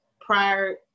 prior